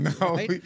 No